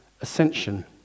ascension